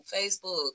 Facebook